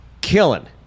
Killing